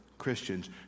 Christians